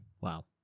wow